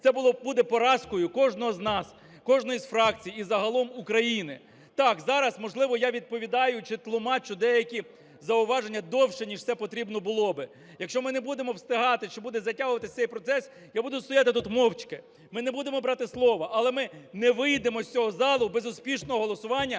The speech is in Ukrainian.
Це буде поразкою кожного з нас, кожної з фракцій і загалом України. Так, зараз, можливо, я відповідаю чи тлумачу деякі зауваження довше, ніж це потрібно було би. Якщо ми не будемо встигати чи буде затягуватися цей процес, я буду стояти тут мовчки, ми не будемо брати слово. Але ми не вийдемо з цього залу без успішного голосування